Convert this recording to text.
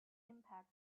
impact